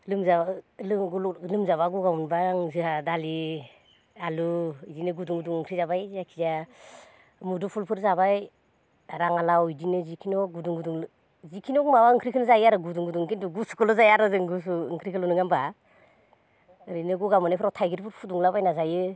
लोमजाब्ला गगा मोनब्ला आं जोंहा दालि आलु इदिनो गुदुं गुदुं ओंख्रै जाबाय जायखिजाया मुदुफुलफोर जाबाय राङा लाउ इदिनो जिखुनुहख गुदुं गुदुं जिखुनुहख माबा ओंख्रिखौनो जायो आरो गुदुं गुदुं खिन्थु गुसुखौल' जाया आरो जों गुसु ओंख्रिखौल' नोङा होमबा ओरैनो गगा मोननायफोराव थाइगिर फोर फुदुंला बायना जायो